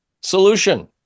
solution